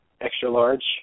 extra-large